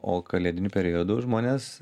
o kalėdiniu periodu žmonės